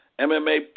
MMA